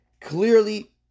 clearly